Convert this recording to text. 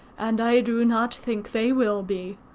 and i do not think they will be.